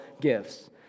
gifts